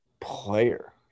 player